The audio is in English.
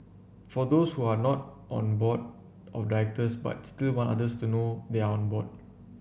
for those who are not on board of directors but still want others to know they are on board